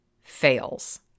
fails